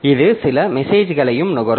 இது சில மெசேஜ்களையும் நுகரும்